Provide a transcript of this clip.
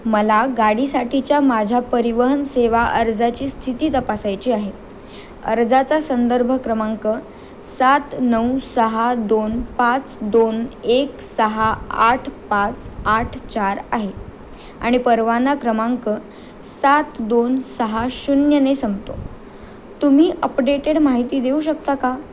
मला गाडीसाठीच्या माझ्या परिवहन सेवा अर्जाची स्थिती तपासायची आहे अर्जाचा संदर्भ क्रमांक सात नऊ सहा दोन पाच दोन एक सहा आठ पाच आठ चार आहे आणि परवाना क्रमांक सात दोन सहा शून्य ने संपतो तुम्ही अपडेटेड माहिती देऊ शकता का